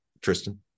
tristan